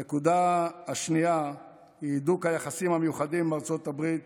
הנקודה השנייה היא הידוק היחסים המיוחדים עם ארצות הברית